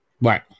Right